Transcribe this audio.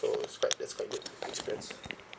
so it's quite that's quite good experience